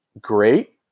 great